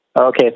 Okay